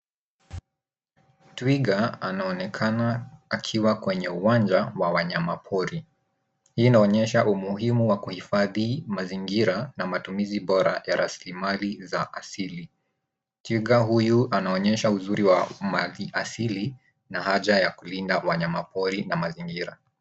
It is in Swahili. Twiga anaonekana akiwa kwenye uwanja wa wanyama pori. Hii inaonyesha umuhimu wa kuhifadhi mazingira na matumizi bora ya raslimali za asili. Twiga huyu anaonyesha uzuri wa maliasili na haja ya kulinda wanyamapori na mazingira.